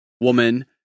woman